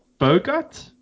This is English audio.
Bogut